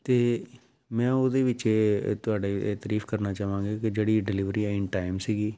ਅਤੇ ਮੈਂ ਉਹਦੇ ਵਿੱਚ ਤੁਹਾਡੇ ਇਹ ਤਰੀਫ਼ ਕਰਨਾ ਚਾਹਵਾਂਗਾ ਕਿ ਜਿਹੜੀ ਡਿਲੀਵਰੀ ਆ ਇਨ ਟਾਈਮ ਸੀਗੀ